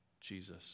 Jesus